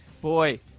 boy